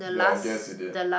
ya I guess you did